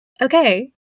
Okay